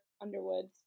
Underwood's